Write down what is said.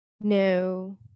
No